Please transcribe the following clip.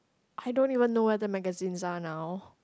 I don't even know where the magazines are now